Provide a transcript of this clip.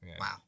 Wow